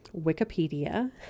wikipedia